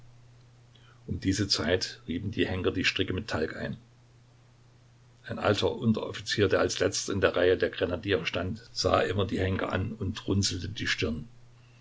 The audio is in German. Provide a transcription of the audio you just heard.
um diese zeit rieben die henker die stricke mit talg ein ein alter unteroffizier der als letzter in der reihe der grenadiere stand sah immer die henker an und runzelte die stirn